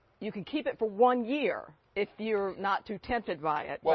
you can keep it for one year if you are not too tempted by it.